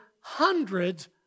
hundreds